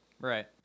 Right